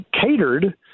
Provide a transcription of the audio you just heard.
catered